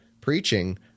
preaching